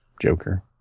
Joker